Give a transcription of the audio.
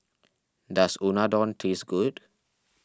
does Unadon taste good